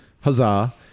huzzah